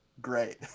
great